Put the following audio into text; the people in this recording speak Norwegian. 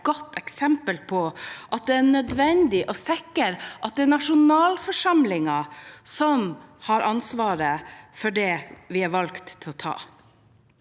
godt eksempel på at det er nødvendig å sikre at det er nasjonalforsamlingen som tar det ansvaret vi er valgt til å ta.